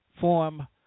form